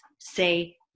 say